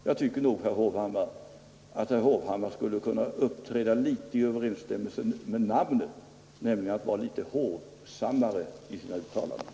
Jag tycker att herr Hovhammar skulle kunna uppträda litet i överenskommelse med en del av sitt namn, nämligen att vara litet hovsammare i sina uttalanden.